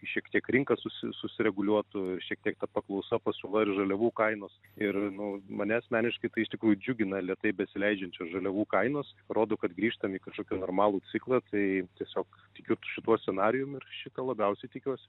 šiek tiek rinka susi susireguliuotų ir šiek tiek ta paklausa pasiūla ir žaliavų kainos ir nu mane asmeniškai tai iš tikrųjų džiugina lėtai besileidžiančios žaliavų kainos rodo kad grįžtam į kažkokį normalų ciklą tai tiesiog tikiu šituo scenarijum ir šito labiausiai tikiuosi